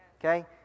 Okay